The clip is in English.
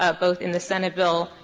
ah both in the senate bill,